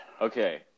Okay